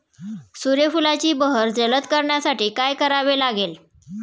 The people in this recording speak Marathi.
सूर्यफुलाची बहर जलद करण्यासाठी काय करावे लागेल?